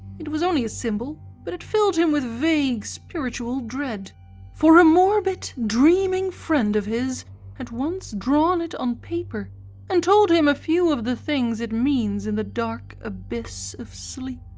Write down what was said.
it it was only a symbol, but it filled him with vague spiritual dread for a morbid, dreaming friend of his had once drawn it on paper and told him a few of the things it means in the dark abyss of sleep.